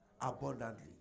abundantly